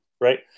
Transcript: right